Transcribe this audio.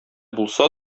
булса